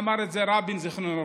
אמר את זה רבין זיכרונו לברכה.